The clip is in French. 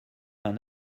vingt